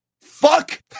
fuck